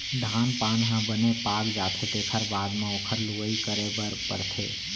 धान पान ह बने पाक जाथे तेखर बाद म ओखर लुवई करे बर परथे